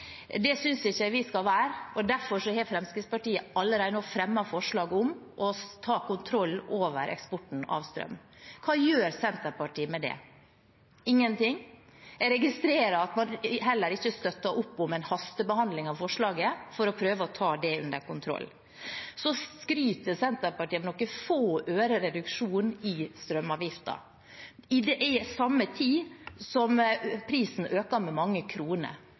Det synes ikke jeg vi skal være. Derfor har Fremskrittspartiet allerede fremmet forslag om å ta kontroll over eksporten av strøm. Hva gjør Senterpartiet med det? – Ingenting. Jeg registrerer at man heller ikke støtter opp om en hastebehandling av forslaget for å prøve å ta det under kontroll. Så skryter Senterpartiet av noen få øre reduksjon i strømavgiften, på samme tid som prisen øker med mange kroner.